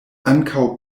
ankaŭ